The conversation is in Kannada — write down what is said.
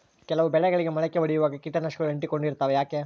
ಕೆಲವು ಬೆಳೆಗಳಿಗೆ ಮೊಳಕೆ ಒಡಿಯುವಾಗ ಕೇಟನಾಶಕಗಳು ಅಂಟಿಕೊಂಡು ಇರ್ತವ ಯಾಕೆ?